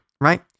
right